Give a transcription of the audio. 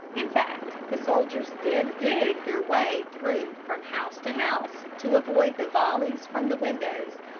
in fact, the soldiers did dig their way through from house to house to avoid the volleys from the windows,